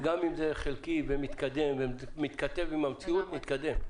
גם אם זה חלקי ומתקדם ומתכתב עם המציאות, נתקדם.